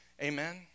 Amen